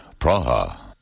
Praha